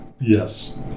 Yes